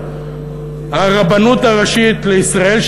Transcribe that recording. הרבנות הראשית לישראל,